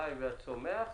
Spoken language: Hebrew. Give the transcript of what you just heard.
החי והצומח?